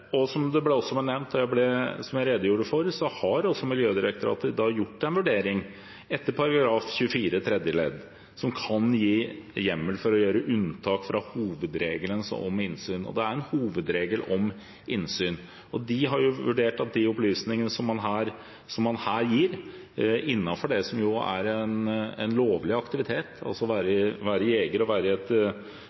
Som det også ble nevnt, og som jeg redegjorde for, har Miljødirektoratet gjort en vurdering etter § 24 tredje ledd, som kan gi hjemmel for å gjøre unntak fra hovedregelen om innsyn. Det er en hovedregel om innsyn. De har vurdert at de opplysningene som man her gir, innenfor det som er en lovlig aktivitet – å være jeger og stå i et